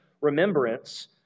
remembrance